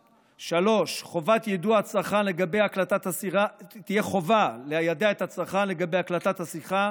3. תהיה חובה ליידע את הצרכן לגבי הקלטת השיחה,